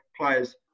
players